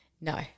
no